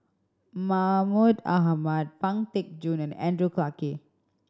Mahmud Ahmad Pang Teck Joon and Andrew Clarke